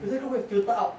有些 group 会 filter out